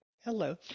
Hello